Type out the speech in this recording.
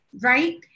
right